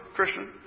Christian